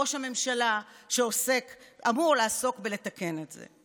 ראש הממשלה, שאמור לעסוק בלתקן את זה.